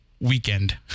weekend